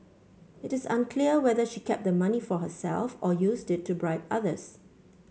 it is unclear whether she kept the money for herself or used it to bribe others